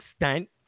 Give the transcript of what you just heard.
extent